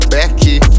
Becky